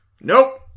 nope